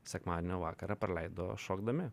sekmadienio vakarą praleido šokdami